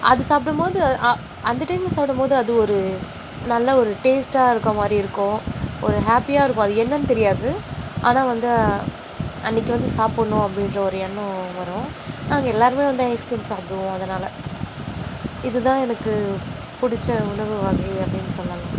அது சாப்பிடும்போது அ ஆ அந்த டைமில் சாப்பிடும்போது அது ஒரு நல்ல ஒரு டேஸ்ட்டாக இருக்கற மாதிரி இருக்கும் ஒரு ஹேப்பியாக இருக்கும் அது என்னென்னு தெரியாது ஆனால் வந்து அன்றைக்கு வந்து சாப்பிட்ணும் அப்படின்ற ஒரு எண்ணம் வரும் நாங்கள் எல்லோருமே வந்து ஐஸ் கிரீம் சாப்பிடுவோம் அதனால் இது தான் எனக்கு பிடிச்ச உணவு வகை அப்படின் சொல்லலாம்